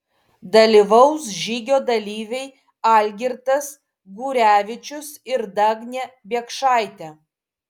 dalyvaus žygio dalyviai algirdas gurevičius ir dagnė biekšaitė